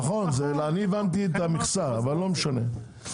נכון, אני הבנתי את המכסה, אבל בסדר.